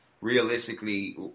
Realistically